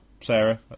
Sarah